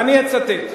אני לא מצטט.